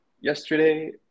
Yesterday